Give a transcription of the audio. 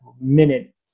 minute